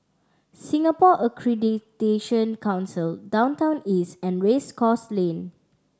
Singapore Accreditation Council Downtown East and Race Course Lane